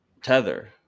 Tether